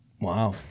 Wow